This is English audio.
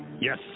Yes